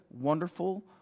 wonderful